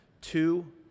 Two